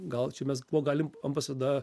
gal čia mes galime ambasada